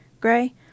Gray